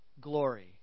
glory